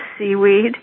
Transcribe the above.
seaweed